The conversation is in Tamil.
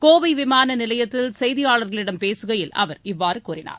கோவை விமான நிலையத்தில் செய்தியாளர்களிடம் பேசுகையில் அவர் இவ்வாறு கூறினார்